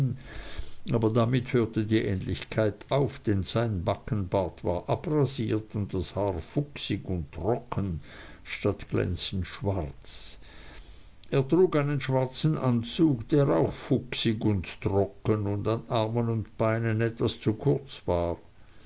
aber damit hörte die ähnlichkeit auf denn sein backenbart war abrasiert und das haar fuchsig und trocken statt glänzend schwarz er trug einen schwarzen anzug der auch fuchsig und trocken und an armen und beinen etwas zu kurz war